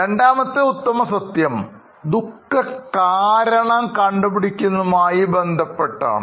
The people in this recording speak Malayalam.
രണ്ടാമത്തെ ഉത്തമ സത്യം ദുഃഖകാരണം കണ്ടുപിടിക്കുന്നതുംമായി ബന്ധപ്പെട്ട ആണ്